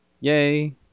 yay